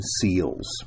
seals